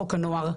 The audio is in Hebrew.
חוק הנוער,